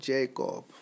Jacob